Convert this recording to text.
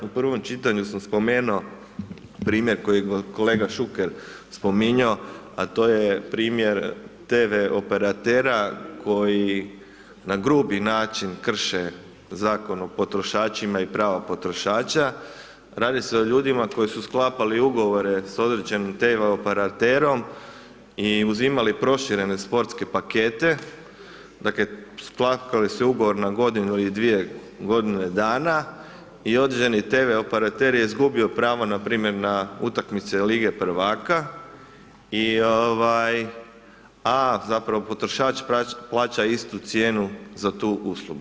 U prvom čitanju sam spomenuo primjer koji kolega Šuker spominjao, a to je primjer tv operatera koji na grubi način krše zakon o potrošačima i prava potrošača, radi se o ljudima koji su sklapali ugovore s određenim tv operaterom i uzimali proširene sportske pakete, dakle sklapali su ugovor na godinu ili dvije godine dana i određeni tv operater je izgubio pravo na primjer na utakmice Lige prvaka i ovaj, a zapravo potrošač plaća istu cijenu za tu uslugu.